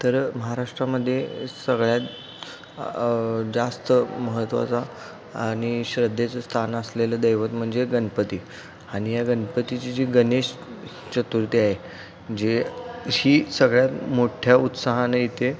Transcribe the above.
तर महाराष्ट्रामध्ये सगळ्यात जास्त महत्त्वाचा आणि श्रद्धेचं स्थान असलेलं दैवत म्हणजे गणपती आणि या गणपतीची जी गणेश चतुर्थी आहे जे ही सगळ्यात मोठ्या उत्साहाने इथे